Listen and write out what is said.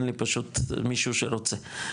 אין לי פשוט מישהו שרוצה,